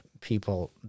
people